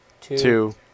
two